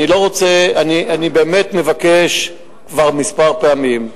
אני באמת מבקש כבר כמה פעמים,